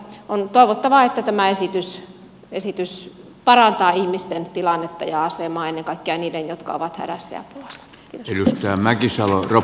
on toivottavaa että tämä esitys parantaa ihmisten tilannetta ja asemaa ennen kaikkea niiden jotka ovat hädässä ja pulassa